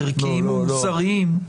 ערכיים ומוסריים.